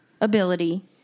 ability